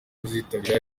kuzitabira